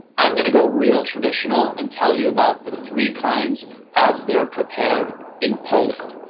i'm going to go real traditional and tell you about the three kinds as they're prepared in poland.